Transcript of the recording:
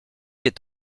est